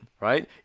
right